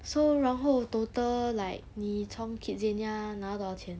so 然后 total like 你从 Kidzania 拿到多少钱